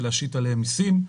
ולהשית עליהם מסים.